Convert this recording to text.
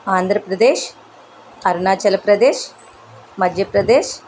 Andhra Pradesh Arunachal Pradesh Madhya Pradesh